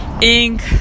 ink